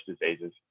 diseases